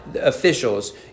officials